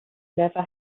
never